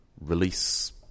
release